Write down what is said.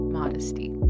modesty